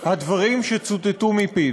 הדברים שצוטטו מפיו.